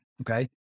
Okay